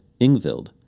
Ingvild